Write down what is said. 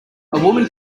woman